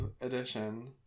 edition